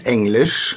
Englisch